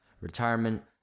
retirement